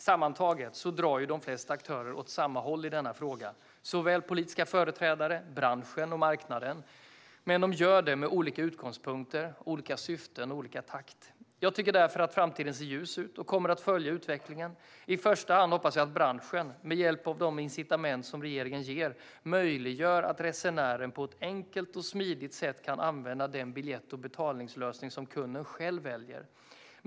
Sammantaget drar de flesta aktörer åt samma håll i denna fråga, såväl politiska företrädare som branschen och marknaden, men de gör det med olika utgångspunkter, olika syften och i olika takt. Jag tycker därför att framtiden ser ljus ut och kommer att följa utvecklingen. I första hand hoppas jag att branschen med hjälp av de incitament som regeringen ger möjliggör för resenären att på ett enkelt och smidigt sätt använda den biljett och betallösning som kunden själv väljer.